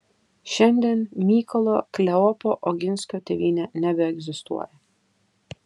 šiandien mykolo kleopo oginskio tėvynė nebeegzistuoja